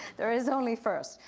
there is only first.